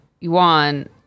Yuan